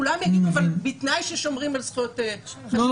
כולם יגידו שבתנאי ששומרים על זכויות --- אני